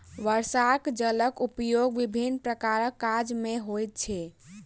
वर्षाक जलक उपयोग विभिन्न प्रकारक काज मे होइत छै